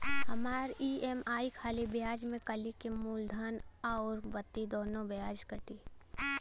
हमार ई.एम.आई खाली ब्याज में कती की मूलधन अउर ब्याज दोनों में से कटी?